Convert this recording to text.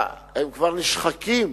הם כבר נשחקים